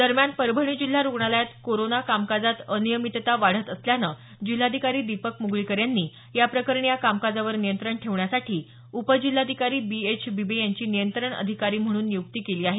दरम्यान परभणी जिल्हा रुग्णालयात कोरोना कामकाजात अनियमितता वाढत असल्यानं जिल्हाधिकारी दिपक म्गळीकर यांनी याप्रकरणी या कामकाजावर नियंत्रण ठेवण्यासाठी उपजिल्हाधिकारी बी एच बिबे याची नियंत्रण अधिकारी म्हणून नियुक्ती केली आहे